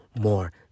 more